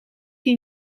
die